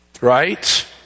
Right